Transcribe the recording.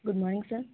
good morning sir